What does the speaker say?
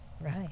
right